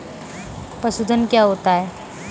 पशुधन क्या होता है?